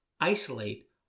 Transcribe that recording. isolate